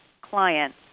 client